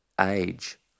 age